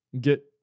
get